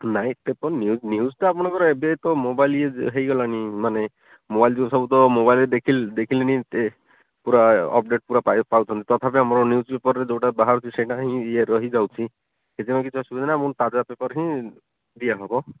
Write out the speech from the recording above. ନାହିଁ paper new news ତ ଆପଣଙ୍କର ଏବେ ତ ମୋବାଇଲ୍ ହେଇଗଲାଣି ମାନେ ମୋବାଇଲ୍ ଯେଉଁ ସବୁ ତ ମୋବାଇଲ୍ ଦେଖି ଦେଖିଲେଣି ପୂରା ଅପଡ଼େଟ୍ ପୂରା ପାଉ ପାଉଛନ୍ତି ତଥାପି ଆମ ନ୍ୟୁଜ୍ ପେପରରେ ଯେଉଁଟା ବାହାରୁଛି ସେଇଟା ହିଁ ଇଏ ହିଯାଉଛି ସେଥିରେ କିଛି ଅସୁବିଧା ନାହିଁ ମୁଁ ତାଜା ପେପର୍ ହିଁ ଦିଆହେବ